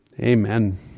Amen